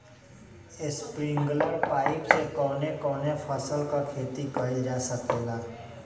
Sprinkler pipe से कवने कवने फसल क खेती कइल जा सकेला?